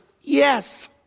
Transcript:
yes